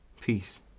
Peace